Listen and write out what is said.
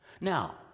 Now